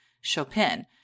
Chopin